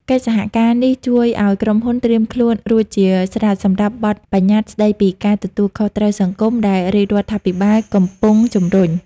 កិច្ចសហការនេះជួយឱ្យក្រុមហ៊ុនត្រៀមខ្លួនរួចជាស្រេចសម្រាប់បទបញ្ញត្តិស្ដីពីការទទួលខុសត្រូវសង្គម ដែលរាជរដ្ឋាភិបាលកំពុងជំរុញ។